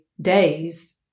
days